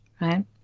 right